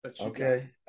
okay